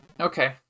Okay